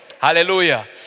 Hallelujah